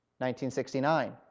1969